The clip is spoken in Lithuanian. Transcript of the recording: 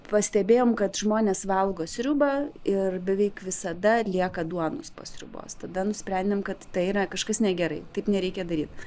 pastebėjom kad žmonės valgo sriubą ir beveik visada lieka duonos po sriubos tada nusprendėm kad tai yra kažkas negerai taip nereikia daryt